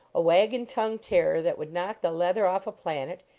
a wagon tongue terror that would knock the leather off a planet,